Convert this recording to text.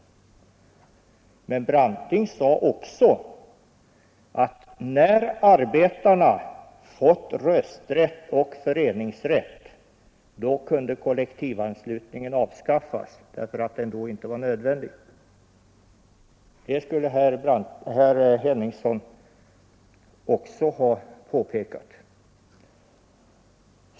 Hjalmar Branting sade dessutom att när arbetarna fått rösträtt och föreningsrätt, då kunde kollektivanslutningen avskaffas, därför att den då inte var nödvändig. Det skulle herr Henningsson också ha påpekat.